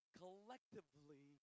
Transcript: collectively